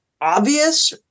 obvious